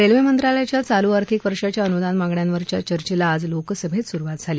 railway मंत्रालयाच्या चालू आर्थिक वर्षाच्या अनुदान मागण्यांवरच्या चर्चेला आज लोकसभेत सुरुवात झाली